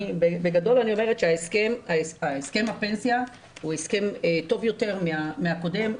בגדול אני אומרת שהסכם הפנסיה הוא הסכם טוב יותר מהקודם.